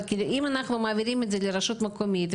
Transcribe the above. אם אנחנו מעבירים את זה לרשות מקומית,